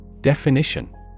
Definition